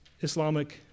Islamic